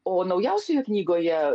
o naujausioje knygoje